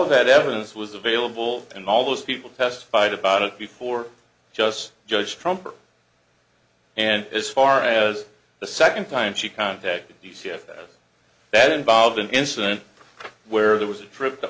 of that evidence was available and all those people testified about it before just judge trumper and as far as the second time she contacted you see if that involved an incident where there was a trip to